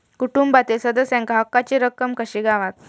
कुटुंबातील सदस्यांका हक्काची रक्कम कशी गावात?